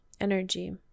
energy